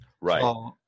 Right